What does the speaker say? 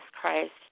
Christ